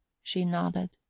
she nodded.